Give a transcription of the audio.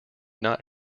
not